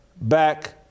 back